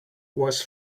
was